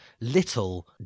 little